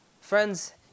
Friends